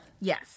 Yes